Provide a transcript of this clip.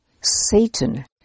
Satan